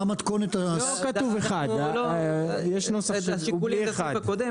יש נוסח שהוא בלי 1. השיקולים זה הסעיף הקודם,